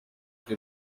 by’u